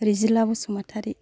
Rijila Basumatary